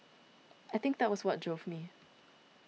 I think that was what drove me